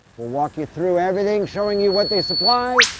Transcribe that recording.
we'll walk you through everything, showing you what they supply,